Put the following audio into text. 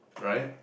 right